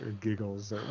giggles